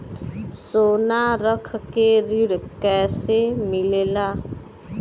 सोना रख के ऋण कैसे मिलेला?